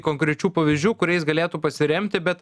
konkrečių pavyzdžių kuriais galėtų pasiremti bet